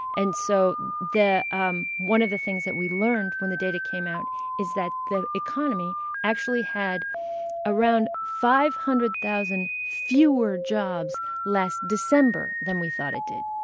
and so um one of the things that we learned when the data came out is that the economy actually had around five hundred thousand fewer jobs last december than we thought it did.